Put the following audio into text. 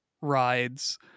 rides